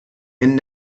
innen